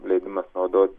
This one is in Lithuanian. leidimas naudoti